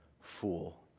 fool